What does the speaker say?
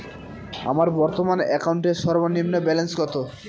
আমার বর্তমান অ্যাকাউন্টের সর্বনিম্ন ব্যালেন্স কত?